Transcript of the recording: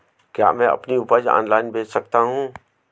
क्या मैं अपनी उपज ऑनलाइन बेच सकता हूँ?